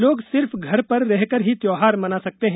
लोग सिर्फ घर पर रहकर ही त्योहार मना सकते हैं